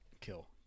Kill